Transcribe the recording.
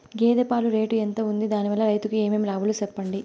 గేదె పాలు రేటు ఎంత వుంది? దాని వల్ల రైతుకు ఏమేం లాభాలు సెప్పండి?